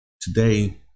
today